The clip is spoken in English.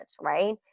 right